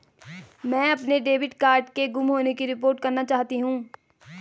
मैं अपने debit card के गुम होने की रिपोर्ट करना चाहती हूँ